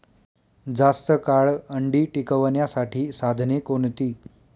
जास्त काळ अंडी टिकवण्यासाठी साधने कोणती?